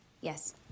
yes